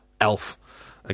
elf